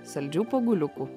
saldžių poguliukų